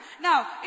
Now